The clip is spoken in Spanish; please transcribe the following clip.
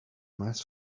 más